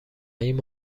این